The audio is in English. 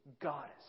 goddess